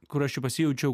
kur aš čia pasijaučiau